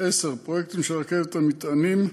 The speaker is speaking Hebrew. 10. פרויקטים של רכבת מטענים,